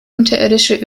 unterirdische